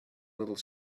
little